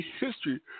history